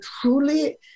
truly